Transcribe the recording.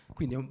Quindi